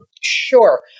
Sure